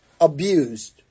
abused